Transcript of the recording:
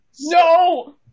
No